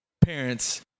parents